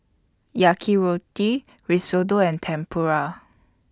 Risotto and Tempura